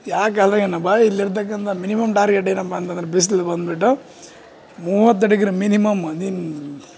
ಯಾ ಕಾಲ್ದಗೆನ್ನ ಬಾ ಇಲ್ಲಿರ್ತಕಂಥ ಮಿನಿಮಮ್ ಟಾರ್ಗೆಟ್ ಏನಪ್ಪಾ ಅಂತಂದ್ರೆ ಬಿಸ್ಲು ಬಂದ್ಬಿಟ್ಟು ಮೂವತ್ತು ಡಿಗ್ರಿ ಮಿನಿಮಮ್ ನೀನು